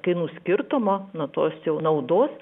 kainų skirtumo nuo tos jau naudos